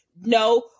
no